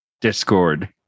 discord